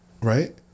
Right